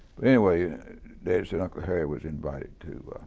but anyway daddy said uncle harry was invited to